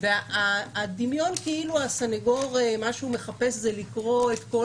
הדמיון הוא שהסניגור מחפש לקרוא את כל